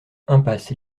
impasse